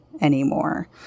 anymore